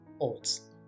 odds